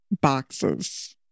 boxes